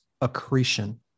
accretion